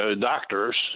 doctors